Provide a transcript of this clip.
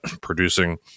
producing